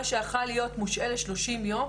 יכול להיות מושעה לשלושים יום,